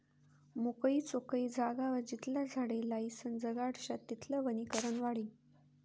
मोकयी चोकयी जागावर जितला झाडे लायीसन जगाडश्यात तितलं वनीकरण वाढी